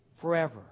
forever